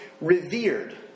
revered